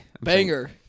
banger